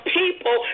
people